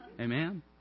Amen